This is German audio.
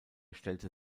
stellte